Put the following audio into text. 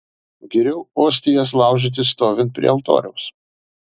geriau ostijas laužyti stovint prie altoriaus